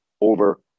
over